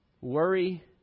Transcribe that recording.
Worry